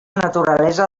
naturalesa